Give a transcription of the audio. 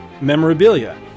memorabilia